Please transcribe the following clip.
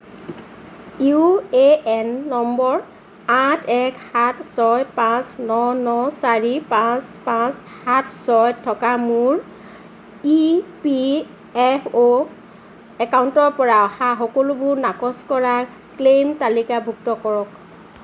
U A N নম্বৰ আঠ এক সাত ছয় পাঁচ ন ন চাৰি পাঁচ পাঁচ সাত ছয় থকা মোৰ ই পি এফ অ' একাউণ্টৰ পৰা অহা সকলোবোৰ নাকচ কৰা ক্লেইম তালিকাভুক্ত কৰক